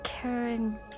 Karen